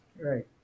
Right